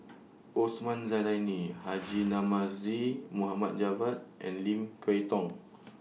Osman Zailani Haji Namazie Mohd Javad and Lim Kay Tong